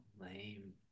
lame